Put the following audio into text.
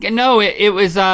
and no, it was,